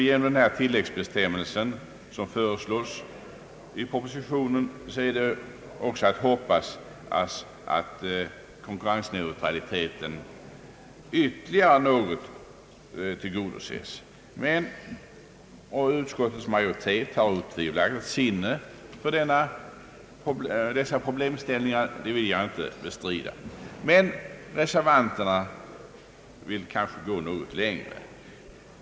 Den tilläggsbestämmelse som föreslås i propositionen ger också hopp om att konkurrensneutraliteten ytterligare något tillgodoses. Utskottets majoritet har otvivelaktigt sinne för dessa problemställningar — det vill jag inte bestrida — men reservanterna vill gå något längre.